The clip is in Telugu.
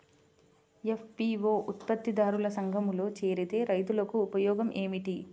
ఎఫ్.పీ.ఓ ఉత్పత్తి దారుల సంఘములో చేరితే రైతులకు ఉపయోగము ఏమిటి?